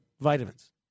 vitamins